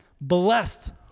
blessed